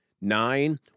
Nine